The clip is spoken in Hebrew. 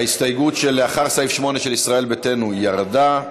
ההסתייגות של לאחרי סעיף 8, של ישראל ביתנו, ירדה.